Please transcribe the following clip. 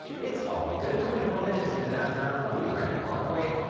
it's all good twenty four minutes into downtown from the grand parkway.